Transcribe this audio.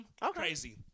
crazy